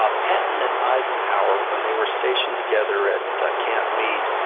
ah patton and eisenhower when they were stationed together at camp meade,